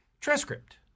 Transcript